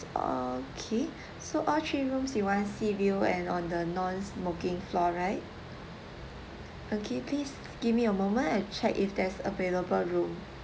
okay so all three rooms you want sea view and on the non-smoking floor right give me a moment and check if there's available room okay please give me a moment I check if there's available room